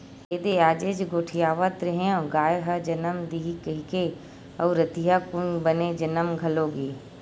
एदे आजेच गोठियावत रेहेंव गाय ह जमन दिही कहिकी अउ रतिहा कुन बने जमन घलो गे